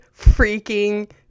freaking